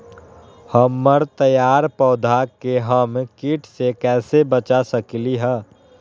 हमर तैयार पौधा के हम किट से कैसे बचा सकलि ह?